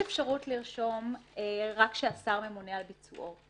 יש אפשרות לרשום רק שהשר ממונה על ביצועו,